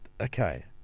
Okay